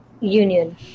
Union